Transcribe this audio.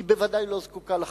היא ודאי לא זקוקה לחקיקה.